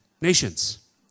nations